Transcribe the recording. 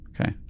Okay